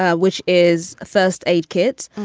ah which is a first aid kit.